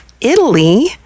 Italy